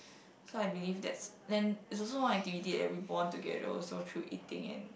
so I believe that's then is also one activity that we bond together also through eating and